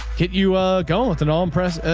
get you ah going with an all impressed,